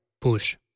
push